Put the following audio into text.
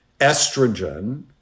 estrogen